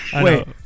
Wait